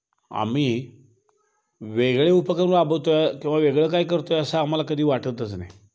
आम्ही वेगळे उपक्रम राबवतो आहे किंवा वेगळं काय करतो आहे असा आम्हाला कधी वाटतच नाही